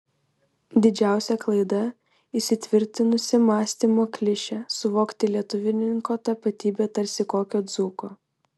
didžiausia klaida įsitvirtinusi mąstymo klišė suvokti lietuvninko tapatybę tarsi kokio dzūko